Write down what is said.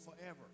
forever